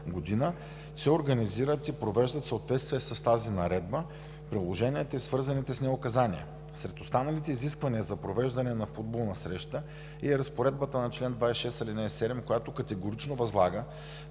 г. се организират и провеждат в съответствие с тази наредба, приложенията и свързаните с нея указания. Сред останалите изисквания за провеждане на футболна среща е и разпоредбата на чл. 26, ал. 7, която категорично възлага